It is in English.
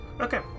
Okay